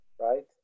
right